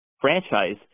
franchise